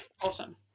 awesome